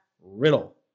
Riddle